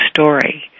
story